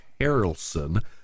Harrelson